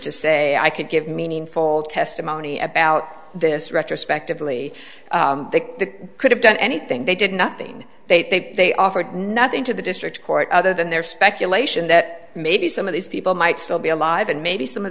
to say i could give meaningful testimony about this retrospectively they could have done anything they did nothing they they offered nothing to the district court other than their speculation that maybe some of these people might still be alive and maybe some of